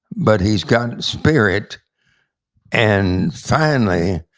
but he's gotten spirit and finally,